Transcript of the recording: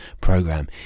program